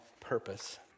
purpose